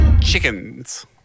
Chickens